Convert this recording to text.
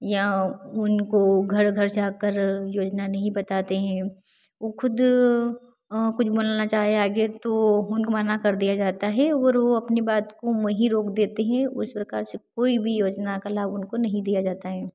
या उनको घर घर जाकर योजना नहीं बताते हैं उ ख़ुद कुछ बोलना चाहें आगे तो उनको मना कर दिया जाता है और वो अपने बात को वहीं रोक देते हैं उस प्रकार से कोई भी योजना का लाभ उनको नहीं दिया जाता है